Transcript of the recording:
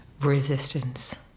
resistance